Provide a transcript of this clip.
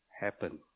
happen